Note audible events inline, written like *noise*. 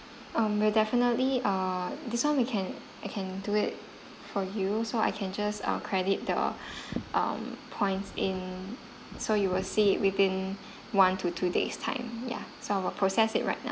um we'll definitely uh this one we can I can do it for you so I can just uh credit the *breath* um points in so you will see it within one to two days time ya so I will process it right now